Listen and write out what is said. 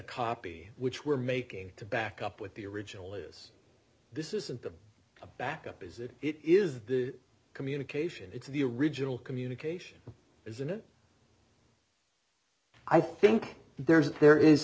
copy which we're making to back up with the original is this isn't the a backup is it it is the communication it's the original communication isn't it i think there's there is